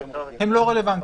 הם לא רלוונטיים,